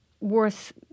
worth